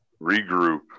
regroup